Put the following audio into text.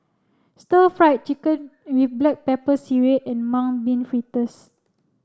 Stir Fried Chicken with Black Pepper Sireh and Mung Bean Fritters